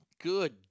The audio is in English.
Good